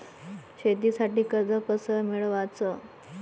शेतीसाठी कर्ज कस मिळवाच?